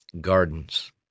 gardens